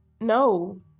No